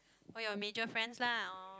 all your major friends lah oh